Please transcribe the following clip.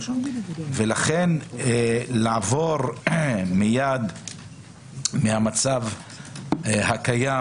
ולכן לעבור מיד מהמצב הקיים